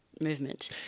movement